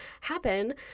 happen